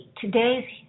today's